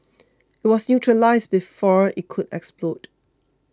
it was neutralised before it could explode